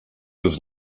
was